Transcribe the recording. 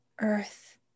earth